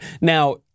Now